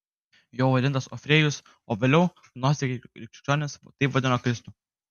juo vadintas orfėjus o vėliau gnostikai ir krikščionys taip vadino kristų